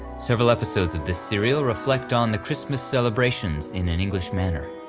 several episodes of this serial reflect on the christmas celebrations in an english manor.